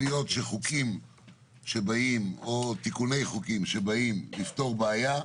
שחוקים שבאים, או תיקוני חוקים שבאים לפתור בעיה,